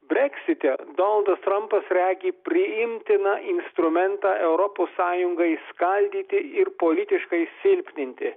breksite donaldas trampas regi priimtiną instrumentą europos sąjungai skaldyti ir politiškai silpninti